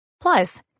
Plus